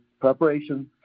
Preparation